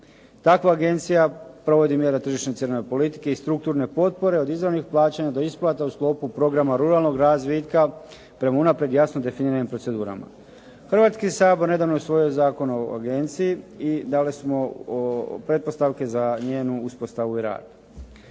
Takva agencija provodi mjere tržišne ciljane politike i strukturne potpore od izravnih plaćanja do isplata u sklopu programa ruralnog razvitka prema unaprijed jasno definiranim procedurama. Hrvatski sabor nedavno je usvojio Zakon o agenciji i dali smo pretpostavke za njenu uspostavu i rad.